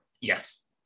Yes